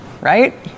Right